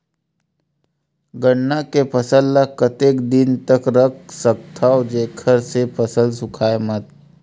गन्ना के फसल ल कतेक दिन तक रख सकथव जेखर से फसल सूखाय मत?